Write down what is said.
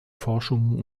forschungen